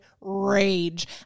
rage